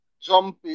jump